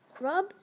rub